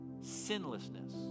sinlessness